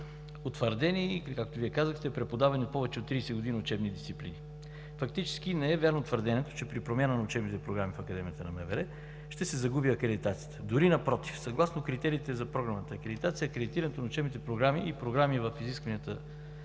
утвърдени, или както Вие казахте – преподавани повече от 30 години учебни дисциплини. Фактически не е вярно твърдението, че при промяна на учебните програми в Академията на МВР, ще се загуби акредитацията. Дори, напротив. Съгласно критериите за програмната акредитация, акредитирането на учебните програми и програми в изискванията